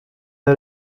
der